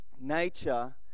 Nature